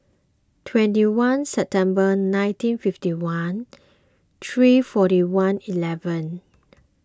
twenty one September nineteen fifty one three forty one eleven